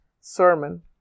sermon